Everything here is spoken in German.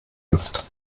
ist